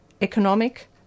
Economic